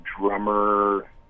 drummer